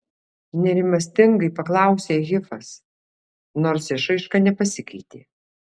nerimastingai paklausė hifas nors išraiška nepasikeitė